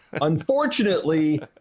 unfortunately